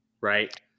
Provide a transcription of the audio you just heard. right